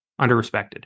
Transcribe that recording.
underrespected